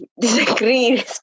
disagree